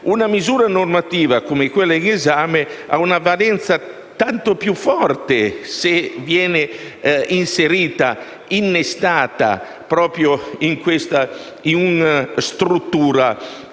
una misura normativa come quella in esame ha una valenza tanto più forte se viene inserita e innestata in una struttura